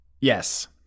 Yes